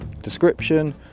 Description